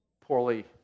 poorly